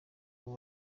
abo